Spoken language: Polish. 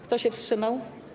Kto się wstrzymał?